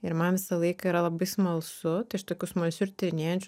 ir man visą laiką yra labai smalsu tai aš tokius smalsiu ir tyrinėjančiu